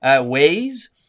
ways